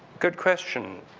good question.